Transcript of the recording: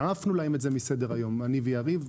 העפנו להם את זה מסדר היום יריב ואני.